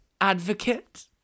advocate